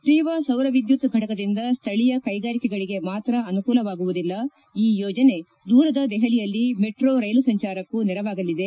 ರೀವಾ ಸೌರವಿದ್ದುತ್ ಫಟಕದಿಂದ ಸ್ಲಳೀಯ ಕೈಗಾರಿಕೆಗಳಿಗೆ ಮಾತ್ರ ಅನುಕೂಲವಾಗುವುದಿಲ್ಲ ಈ ಯೋಜನೆ ದೂರದ ದೆಪಲಿಯಲ್ಲಿ ಮೆಟ್ರೋ ರೈಲು ಸಂಚಾರಕ್ಕೂ ನೆರವಾಗಲಿದೆ